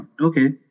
okay